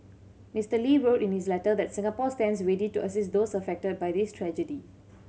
Mister Lee wrote in his letter that Singapore stands ready to assist those affected by this tragedy